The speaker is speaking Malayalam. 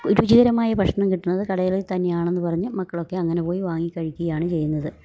രുചികരമായ ഭക്ഷണം കിട്ടണത് കടയിൽ തന്നെയാണെന്ന് പറഞ്ഞ് മക്കളൊക്കെ അങ്ങനെ പോയി വാങ്ങി കഴിക്കുകയാണ് ചെയ്യുന്നത്